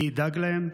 מי ידאג להם?